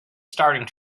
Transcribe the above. starting